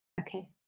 okay